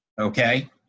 Okay